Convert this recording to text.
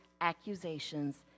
accusations